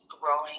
growing